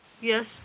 Yes